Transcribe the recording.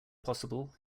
possible